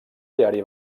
diari